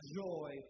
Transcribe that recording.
joy